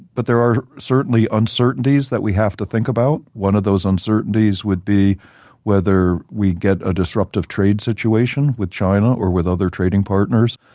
but there are certainly uncertainties that we have to think about. one of those uncertainties would be whether we get a disruptive trade situation with china or with other trading partners.